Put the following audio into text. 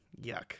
Yuck